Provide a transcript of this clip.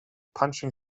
punching